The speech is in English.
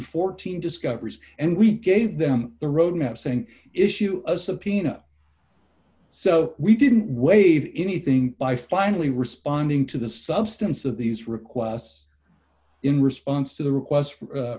dollars discoveries and we gave them the roadmap saying issue a subpoena so we didn't wave anything by finally responding to the substance of these requests in response to the